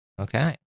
Okay